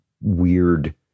weird